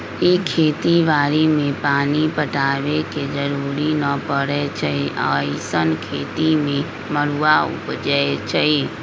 इ खेती बाड़ी में पानी पटाबे के जरूरी न परै छइ अइसँन खेती में मरुआ उपजै छइ